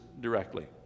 directly